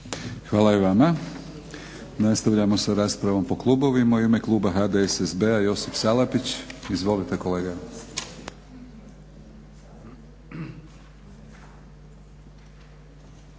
Hvala i vama. Nastavljamo sa raspravom po klubovima. U ime Kluba HDSSB-a Josip Salapić. Izvolite kolega.